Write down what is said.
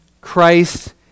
Christ